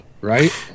right